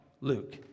Luke